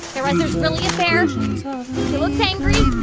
guy raz, there's really a bear. he looks angry.